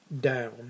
down